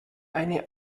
eine